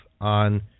on